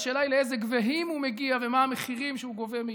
השאלה היא לאיזה גבהים הוא מגיע ומה המחירים שהוא גובה מאיתנו.